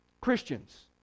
Christians